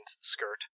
skirt